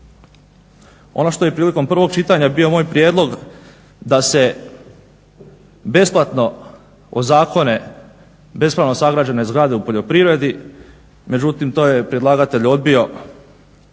Ono što bih prilikom prvog čitanja bio moj prijedlog da se besplatno ozakone bespravno sagrađene zgrade u poljoprivredi međutim to je predlagatelj odbio